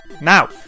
Now